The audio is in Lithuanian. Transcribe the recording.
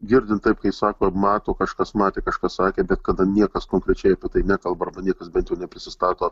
girdint taip kai sako mato kažkas matė kažką sakė bet kada niekas konkrečiai apie tai nekalba arba niekas bent jau neprisistato